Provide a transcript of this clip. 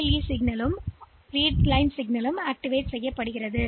ALE signal கொடுக்கப்பட்டுள்ளது RD வரி வழங்கப்படுகிறது